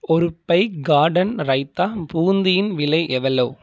ஒரு பை கார்டன் ரைத்தா பூந்தியின் விலை எவ்வளோ